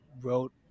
wrote